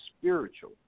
Spiritual